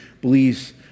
believes